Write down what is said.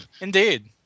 Indeed